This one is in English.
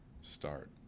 start